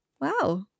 wow